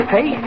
Hey